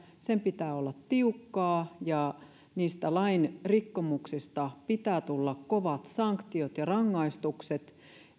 sen pitää olla tiukkaa ja lain rikkomuksista pitää tulla kovat sanktiot ja rangaistukset